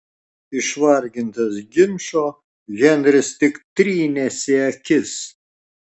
išvargintas ginčo henris tik trynėsi akis